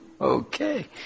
Okay